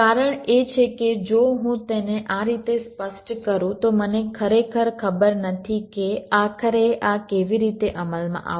કારણ એ છે કે જો હું તેને આ રીતે સ્પષ્ટ કરું તો મને ખરેખર ખબર નથી કે આખરે આ કેવી રીતે અમલમાં આવશે